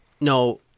No